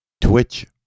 Twitch